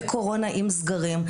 בקורונה עם סגרים,